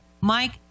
Mike